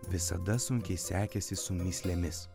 visada sunkiai sekėsi su mįslėmis